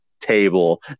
table